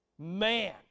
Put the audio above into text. Man